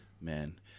Man